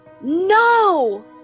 NO